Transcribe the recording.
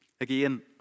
Again